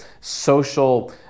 social